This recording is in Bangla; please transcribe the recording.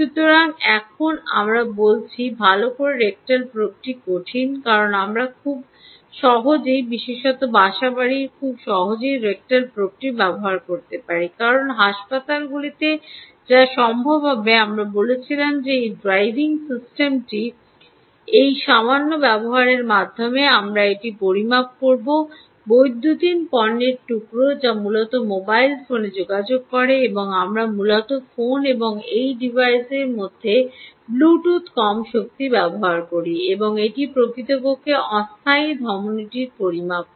সুতরাং এখন আমরা বলছি ভাল করে রেকটাল প্রোবটি কঠিন কারণ আমরা খুব সহজেই বিশেষত বাসাবাড়িতে খুব সহজেই রেকটাল প্রোবটি ব্যবহার করতে পারি না কারণ হাসপাতালগুলিতে যা সম্ভব হবে আমরা বলেছিলাম যে এই ড্রাইভিং সিস্টেমটি এই সামান্য ব্যবহারের মাধ্যমে আমরা একটি পরিমাপ করব বৈদ্যুতিন পণ্যের টুকরো যা মূলত মোবাইল ফোনে যোগাযোগ করে এবং আমরা মূলত ফোন এবং এই ডিভাইসের মধ্যে ব্লুটুথ কম শক্তি ব্যবহার করতে পারি এবং এটি প্রকৃতপক্ষে অস্থায়ী ধমনীটি পরিমাপ করে